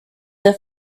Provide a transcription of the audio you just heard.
the